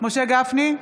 משה גפני,